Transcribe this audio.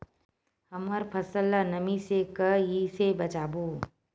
हमर फसल ल नमी से क ई से बचाबो?